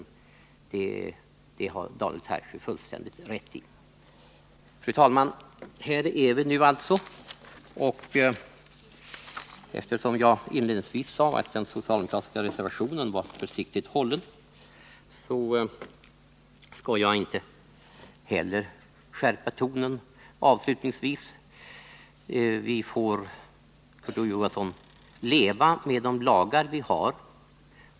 På den punkten har Daniel Tarschys fullständigt rätt. Fru talman! Det är alltså så det ligger till. Eftersom jag inledningsvis sade att den socialdemokratiska reservationen var försiktigt hållen, skall jag inte heller skärpa tonen. Vi får leva med de lagar vi har.